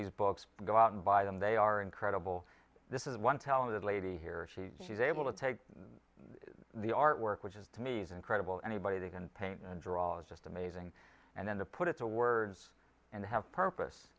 these books and go out and buy them they are incredible this is one talented lady here she is able to take the artwork which is to me is incredible anybody they can paint and draw is just amazing and then to put it to words and have